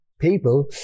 people